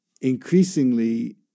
increasingly